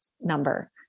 number